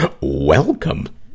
Welcome